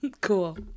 cool